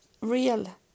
real